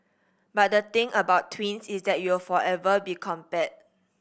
but the thing about twins is that you'll forever be compared